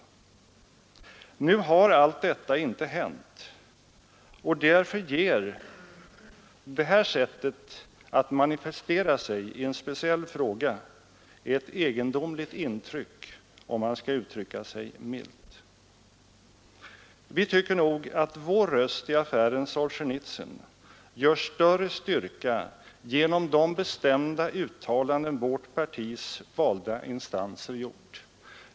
Nu har allt detta inte hänt, och därför ger det här sättet att manifestera sig i en speciell fråga ett egendomligt uttryck, om man skall uttrycka sig milt. Vi tycker att vår röst i affären Solzjenitsyn får större styrka genom de bestämmda uttalanden vårt partis valda instanser gjort.